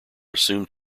assumed